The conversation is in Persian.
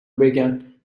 بگن